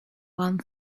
one